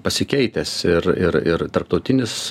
pasikeitęs ir ir ir tarptautinis